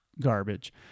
garbage